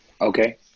Okay